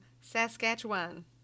Saskatchewan